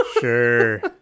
sure